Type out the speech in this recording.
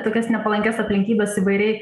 tokias nepalankias aplinkybes įvairiai